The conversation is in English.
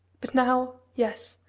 but now, yes!